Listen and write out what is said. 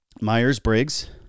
myers-briggs